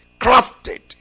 Crafted